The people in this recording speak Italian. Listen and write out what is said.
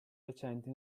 recenti